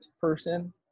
person